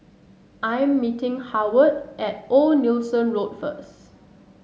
I am meeting Howard at Old Nelson Road first